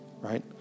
right